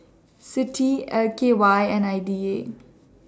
CITI L K Y and I D A